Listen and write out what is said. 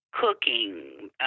cooking